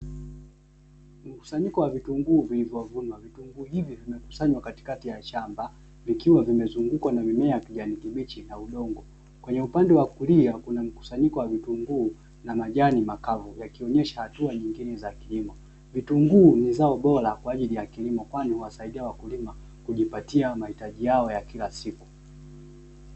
Mkusanyiko wa vitunguu vilivyovunwa. Vitunguu hivyo vimekusanywa katikati ya shamba, vikiwa vimezungukwa na mimea ya kijani kibichi na udongo. Kwenye upande wa kulia, kuna mkusanyiko wa vitunguu na majani makavu, yakionyesha hatua nyingine za kilimo. Vitunguu ni zao bora kwa ajili ya kilimo, kwani huwasaidia wakulima kujipatia mahitaji yao ya kila siku.